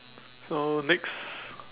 so next